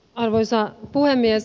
arvoisa puhemies